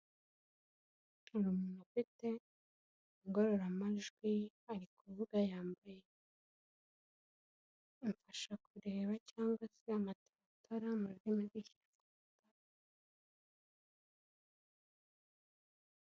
Iki ngiki ni icyapa gifite ishusho ya mpande eshatu, umuzenguruko utukura, ubuso bw'umweru, ikirango cy'umukara. Ikingiki nuzakibona uri mu muhanda uzamenyeko uwo muhanda urimo uragendamo iburyo n'ibumoso hashamikiyeho utundi duhanda dutoya.